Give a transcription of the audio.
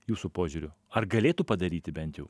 jūsų požiūriu ar galėtų padaryti bent jau